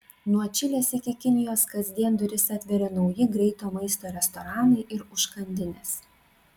nuo čilės iki kinijos kasdien duris atveria nauji greito maisto restoranai ir užkandinės